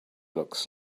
looks